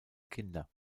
kinder